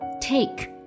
Take